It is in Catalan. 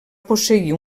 posseir